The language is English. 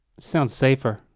sounds safer.